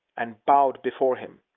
and bowed before him,